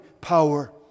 power